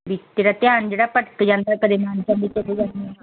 ਵੀ ਤੇਰਾ ਧਿਆਨ ਜਿਹੜਾ ਭਟਕ ਜਾਂਦਾ ਕਦੇ ਨਾਨਕਿਆਂ ਦੇ ਚਲੇ ਜਾਂਦੇ ਆ